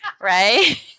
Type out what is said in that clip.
Right